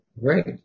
great